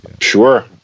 Sure